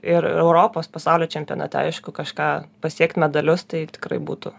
ir europos pasaulio čempionate aišku kažką pasiekt medalius tai tikrai būtų